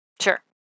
Sure